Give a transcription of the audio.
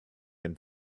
and